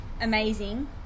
amazing